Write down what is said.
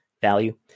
value